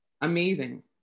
amazing